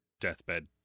deathbed